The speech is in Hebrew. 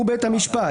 הוא בית המשפט.